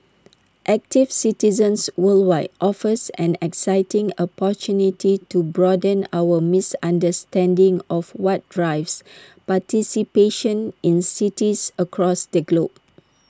active Citizens Worldwide offers an exciting opportunity to broaden our misunderstanding of what drives participation in cities across the globe